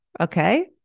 Okay